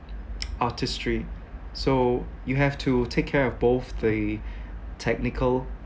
artistry so you have to take care of both the technical